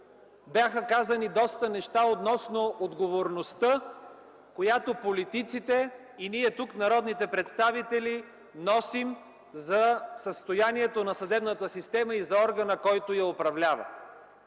Бяха казани доста неща относно отговорността, която политиците, и ние тук народните представители носим за състоянието на съдебната система и за органа, който я управлява.